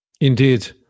Indeed